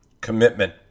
Commitment